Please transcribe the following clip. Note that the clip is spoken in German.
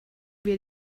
wir